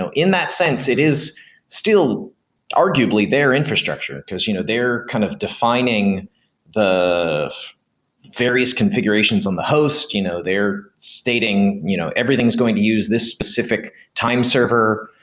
in that sense, it is still arguably their infrastructure, because you know they are kind of defining the various configurations on the host. you know they're stating you know everything's going to use this specific time server,